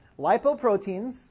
Lipoproteins